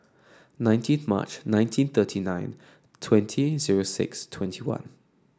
nineteen of March nineteen thirty nine twenty zero six twenty one